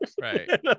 Right